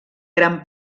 gran